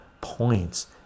points